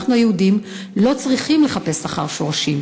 אנחנו היהודים לא צריכים לחפש אחר שורשים.